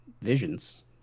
visions